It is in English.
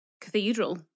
cathedral